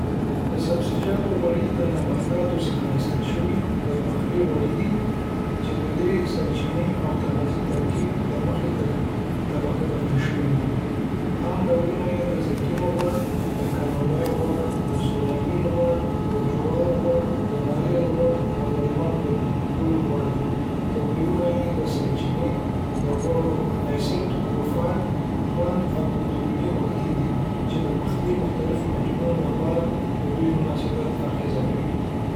د سبزیجاتو غوړي د نباتاتو څخه اخیستل شوي د پخلي غوړي دي، چې د دوی د سرچینې او تغذیې ترکیب له مخې طبقه بندي شوي دي. عام ډولونه یې د زیتون غوړ، د کانولا غوړ، د سویابین غوړ، د جوارو غوړ، د ناریل غوړ، او د لمر ګل غوړ دي. توپیرونه یې د سرچینې، د غوړ اسید پروفایل، خوند، او د لوګي نقطه کې دي، چې د پخلي مختلفو میتودونو لپاره د دوی مناسبیت اغیزه کوي.